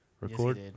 Record